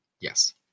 Yes